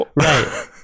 right